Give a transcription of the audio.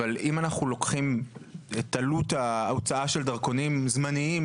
אבל אם אנחנו לוקחים את עלות ההוצאה של דרכונים זמניים